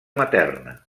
materna